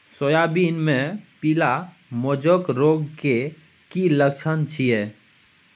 Soybean मे पीली mosaic रोग के की लक्षण छीये?